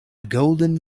golden